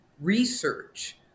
research